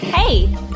Hey